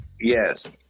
Yes